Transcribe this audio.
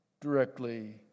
directly